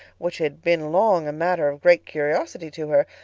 which had been long a matter of great curiosity to her,